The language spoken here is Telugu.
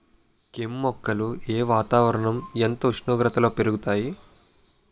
కెమ్ మొక్కలు ఏ వాతావరణం ఎంత ఉష్ణోగ్రతలో పెరుగుతాయి?